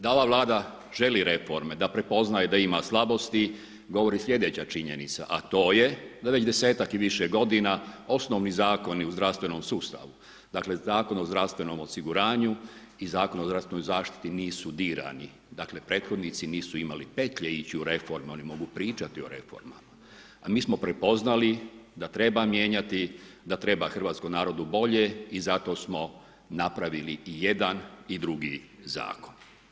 Dakle, da ova Vlada želi reforme, da prepoznaje da ima slabosti govori slijedeća činjenica a to je da već 10-tak i više godina osnovni zakoni u zdravstvenom sustavu, dakle, Zakon o zdravstvenom osiguranju i Zakon o zdravstvenoj zaštiti nisu dirani, dakle, prethodnici nisu imali petlje ići u reforme, oni mogu pričati o reformama, a mi smo prepoznali da treba mijenjati, da treba hrvatskom narodu bolje i zato smo napravili i jedan i drugi zakon.